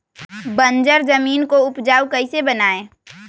बंजर जमीन को उपजाऊ कैसे बनाय?